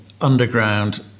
underground